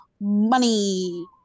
money